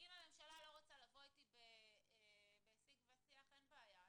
אם הממשלה לא רוצה לבוא אתי בסיג ושיח אין בעיה,